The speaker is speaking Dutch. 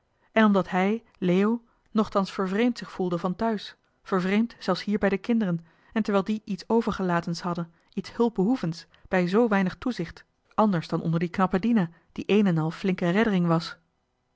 en omdat hij leo nochtans vervreemd zich voelde van thuis vervreemd zelfs hier bij de kinderen en terwijl die iets overgelatens hadden iets hulpbehoevends bij z weinig toezicht anders dan onder die knappe dina een en al flinke reddering dat